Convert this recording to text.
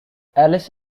alice